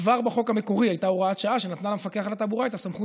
כבר בחוק המקורי הייתה הוראת שעה שנתנה למפקח על התעבורה את הסמכות